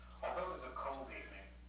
although it was a cold evening,